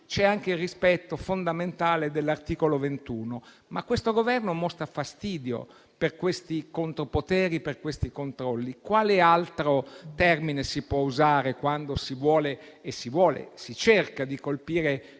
c'è anche il rispetto fondamentale dell'articolo 21. Ma questo Governo mostra fastidio per questi contropoteri, per questi controlli. Quale altro termine si può usare quando si vuole e si cerca di colpire